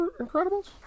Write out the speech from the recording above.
Incredibles